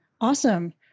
awesome